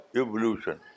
evolution